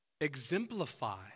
exemplify